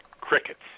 crickets